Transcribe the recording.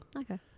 Okay